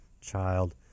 child